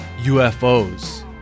UFOs